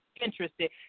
interested